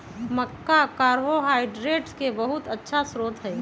मक्का carbohydrate के बहुत अच्छा स्रोत हई